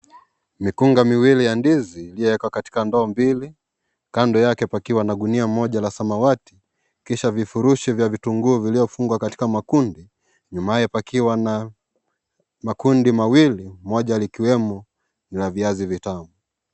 Mikunga miwili ya ndizi iliyowekwa katika ndoo mbili, kando yake pakiwa na gunia moja la samawati. Kisha vifurushi vya vitunguu vilivyofungwa katika makundi, nyumaye pakiwa na makundi mawili, moja likiwemo ni ya viazi vitamu.